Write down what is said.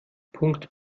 punkt